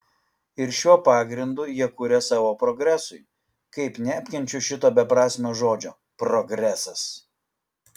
ir šiuo pagrindu jie kuria savo progresui kaip neapkenčiu šito beprasmio žodžio progresas